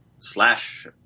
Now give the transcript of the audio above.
slash –